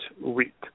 week